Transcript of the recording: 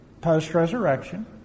post-resurrection